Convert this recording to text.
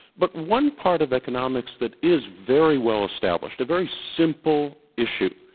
but one part of economics that is very well-established, a very simple issue,